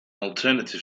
alternate